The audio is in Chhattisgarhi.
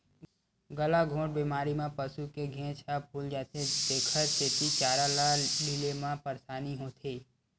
गलाघोंट बेमारी म पसू के घेंच ह फूल जाथे तेखर सेती चारा ल लीले म परसानी होथे